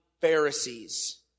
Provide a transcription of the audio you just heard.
Pharisees